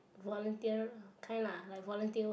volunteer kind of volunteer work